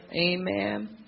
Amen